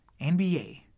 NBA